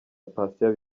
patient